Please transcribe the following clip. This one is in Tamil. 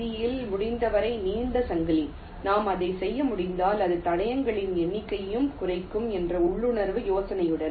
ஜி யில் முடிந்தவரை நீண்ட சங்கிலி நாம் அதைச் செய்ய முடிந்தால் இது தடங்களின் எண்ணிக்கையையும் குறைக்கும் என்ற உள்ளுணர்வு யோசனையுடன்